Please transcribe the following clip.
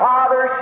Father